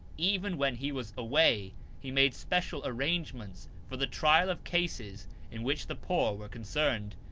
even when he was away he made special arrangements for the trial of cases in which the poor were concerned.